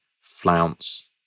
flounce